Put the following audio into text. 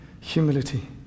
humility